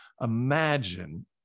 Imagine